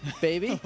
baby